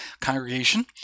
congregation